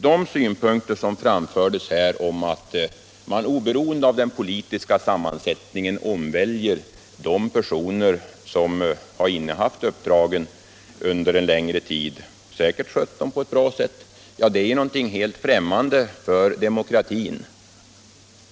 De synpunkter som här framförts om att man oberoende av den politiska sammansättningen omväljer de personer som har innehaft uppdraget under en längre tid och säkert skött dem på ett bra sätt är någonting helt främmande för demokratin.